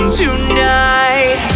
tonight